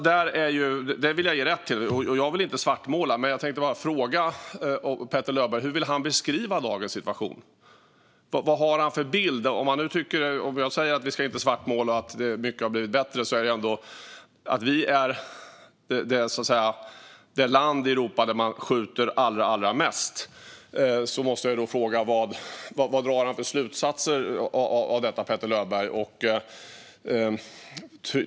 Där vill jag alltså ge dig rätt, och jag vill inte svartmåla. Men jag tänkte fråga Petter Löberg hur han vill beskriva dagens situation. Vad har han för bild? Även om vi inte ska svartmåla och mycket har blivit bättre är vi ändå det land i Europa där man skjuter allra mest. Jag måste fråga vad Petter Löberg drar för slutsatser av detta.